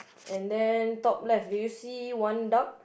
and then top left do you see one duck